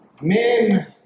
Men